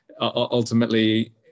ultimately